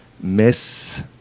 Miss